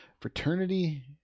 Fraternity